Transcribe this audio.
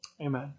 Amen